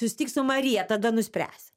susitik su marija tada nuspręsi